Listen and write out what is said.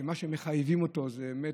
שמה שמחייבים אותו זה באמת,